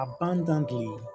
abundantly